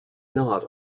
not